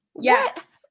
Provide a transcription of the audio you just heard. Yes